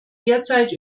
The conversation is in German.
derzeit